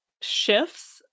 shifts